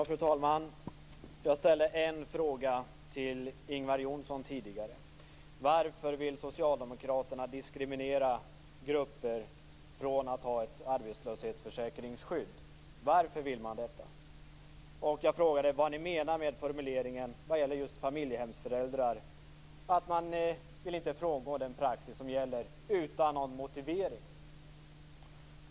Fru talman! Jag ställde en fråga till Ingvar Johnsson tidigare: Varför vill socialdemokraterna diskriminera grupper, så att de inte har någon arbetslöshetsförsäkring? Varför vill man detta? Jag frågade vad ni menade med formuleringen att man, vad gäller just familjehemsföräldrar, inte vill frångå den praxis som gäller. Det fanns ingen motivering.